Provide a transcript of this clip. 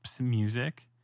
music